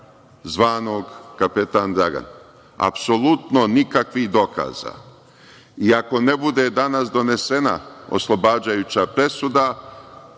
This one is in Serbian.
zvanog Kapetan Dragan, apsolutno nikakvih dokaza. Ako ne bude danas donesena oslobađajuća presuda,